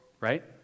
right